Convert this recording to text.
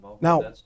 Now